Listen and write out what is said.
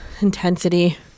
intensity